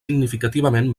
significativament